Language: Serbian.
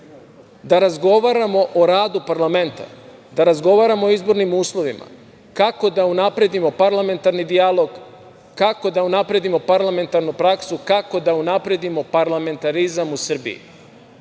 da razgovaramo o radu parlamenta, da razgovaramo o izbornim uslovima, kako da unapredimo parlamentarni dijalog, kako da unapredimo parlamentarnu praksu, kako da unapredimo parlamentarizam u Srbiji.